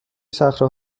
صخره